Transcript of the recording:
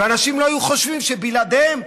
ואנשים לא היו חושבים שבלעדיהם,